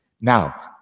Now